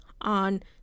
on